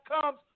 comes